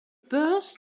birth